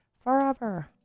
forever